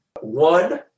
one